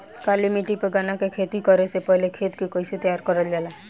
काली मिट्टी पर गन्ना के खेती करे से पहले खेत के कइसे तैयार करल जाला?